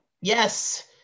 Yes